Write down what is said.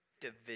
division